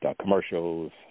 commercials